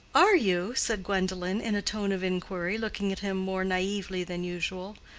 are you? said gwendolen, in a tone of inquiry, looking at him more naively than usual.